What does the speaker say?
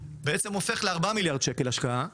בעצם הופך לארבעה מיליארד שקל השקעה,